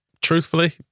truthfully